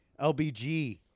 LBG